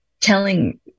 telling